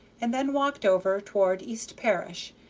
and then walked over toward east parish,